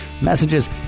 messages